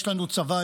יש לנו צבא,